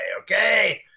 okay